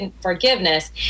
forgiveness